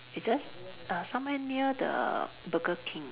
it's just err somewhere near the Burger King